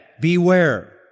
beware